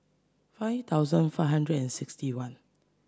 five thousand five hundred and sixty one